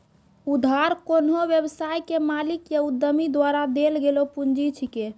उधार कोन्हो व्यवसाय के मालिक या उद्यमी द्वारा देल गेलो पुंजी छिकै